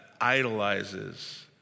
idolizes